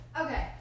okay